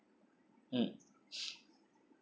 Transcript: mm